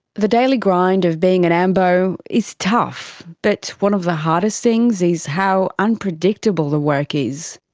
the daily grind of being an ambo is tough, but one of the hardest things is how unpredictable the work is.